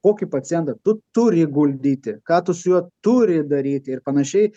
kokį pacientą tu turi guldyti ką tu su juo turi daryti ir panašiai